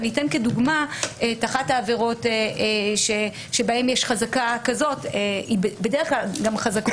אני אתן כדוגמה את אחת העבירות שבהן יש חזקה כזאת - בדרך כלל חזקות